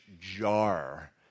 jar